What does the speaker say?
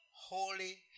holy